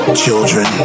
children